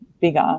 bigger